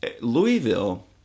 Louisville